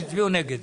הם הצביעו נגד.